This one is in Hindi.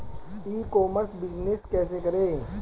ई कॉमर्स बिजनेस कैसे करें?